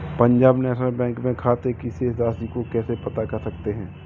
Punjab National Bank में खाते की शेष राशि को कैसे पता कर सकते हैं?